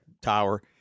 Tower